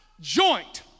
joint